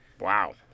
Wow